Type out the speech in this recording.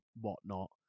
whatnot